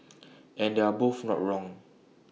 and they're both not wrong